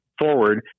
forward